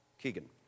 Keegan